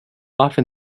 often